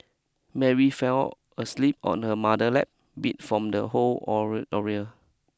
Mary fell asleep on her mother lap beat from the whole oral ordeal